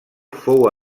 fou